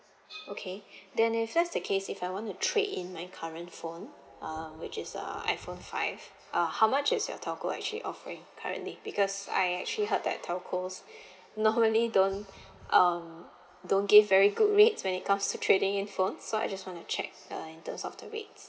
okay then if that's the case if I want to trade in my current phone uh which is uh iphone five uh how much is your telco actually offering currently because I actually heard that telcos normally don't um don't give very good rates when it comes to trading in phone so I just want to check uh in terms of the rates